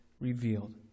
revealed